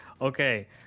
Okay